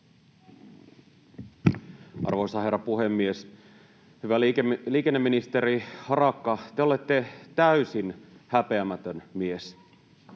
Arvoisa herra puhemies! Hyvä liikenneministeri Harakka, te olette täysin häpeämätön mies.